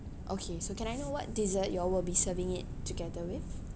okay so can I know what dessert y'all will be serving it together with